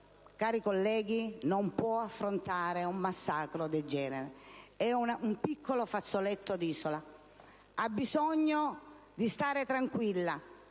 cari colleghi, non può affrontare un massacro del genere. È un piccolo fazzoletto di isola, è una terra che ha bisogno di stare tranquilla.